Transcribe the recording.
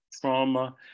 trauma